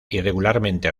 irregularmente